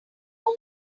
more